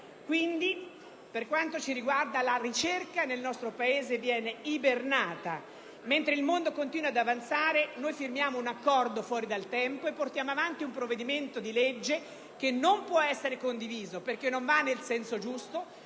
profonda. Per quanto ci riguarda, la ricerca nel nostro Paese viene quindi ibernata. Mentre il mondo continua ad avanzare, noi firmiamo un accordo fuori dal tempo e portiamo avanti un disegno di legge che non può essere condiviso perché non va nel senso giusto